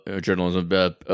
journalism